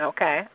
Okay